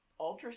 ultrasound